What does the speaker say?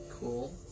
Cool